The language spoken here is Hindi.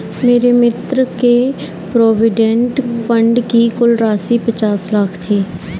मेरे मित्र के प्रोविडेंट फण्ड की कुल राशि पचास लाख थी